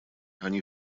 они